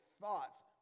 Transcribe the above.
thoughts